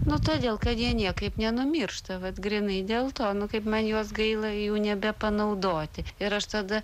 nu todėl kad jie niekaip nenumiršta vat grynai dėl to nu kaip man juos gaila jų nebepanaudoti ir aš tada